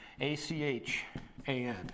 A-C-H-A-N